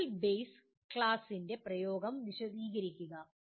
virtual base ക്ലാസിന്റെ ഉപയോഗം വിശദീകരിക്കുക